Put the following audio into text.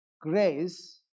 grace